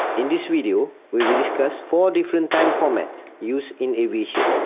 in this video, we will discuss four different time formats used in aviation.